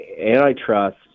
antitrust